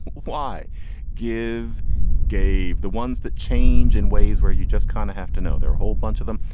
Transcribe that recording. why give gave the ones that change in ways where you just kind of have to know their whole bunch of them.